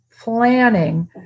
planning